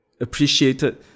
appreciated